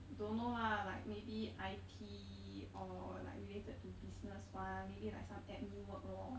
don't know lah like maybe I_T or like related to business [one] maybe like some admin work lor